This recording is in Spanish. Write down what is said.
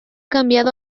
cambiado